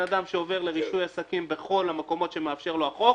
אדם שעובר לרישוי עסקים בכל המקומות שמאפשר לו החוק